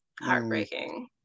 heartbreaking